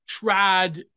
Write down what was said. trad